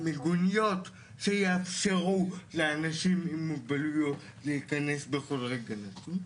מיגוניות שיאפשרו לאנשים עם מוגבלויות להיכנס בכל רגע נתון.